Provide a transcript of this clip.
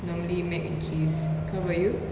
normally mac and cheese how about you